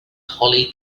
holly